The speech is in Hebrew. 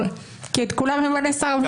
כי את כולם ממנה שר המשפטים.